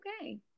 Okay